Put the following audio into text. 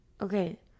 Okay